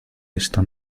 esta